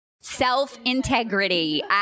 Self-integrity